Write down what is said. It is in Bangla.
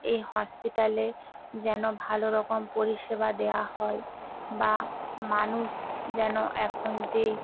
এই হসপিটালে যেন ভালো রকম পরিষেবা দেওয়া হয় বা মানুষ যেন এখন যেই